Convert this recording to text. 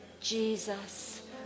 Jesus